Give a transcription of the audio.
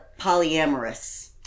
polyamorous